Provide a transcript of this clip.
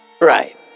Right